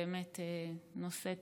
שבאמת נושאת